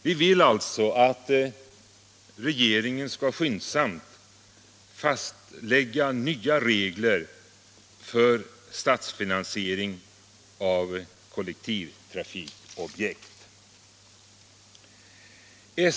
Vi vill alltså att regeringen skall skyndsamt fastlägga nya regler för statsfinansiering av kollektivtrafikobjekt.